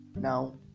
now